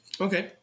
Okay